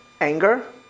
Anger